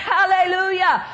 Hallelujah